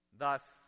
Thus